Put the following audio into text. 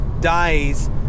Dies